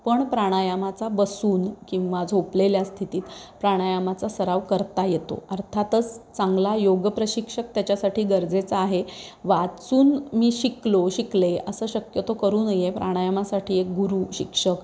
पण प्राणायामाचा बसून किंवा झोपलेल्या स्थितीत प्राणायामाचा सराव करता येतो अर्थातच चांगला योग प्रशिक्षक त्याच्यासाठी गरजेचा आहे वाचून मी शिकलो शिकले असं शक्यतो करू नये प्राणायामासाठी एक गुरु शिक्षक